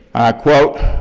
quote,